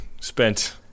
spent